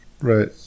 right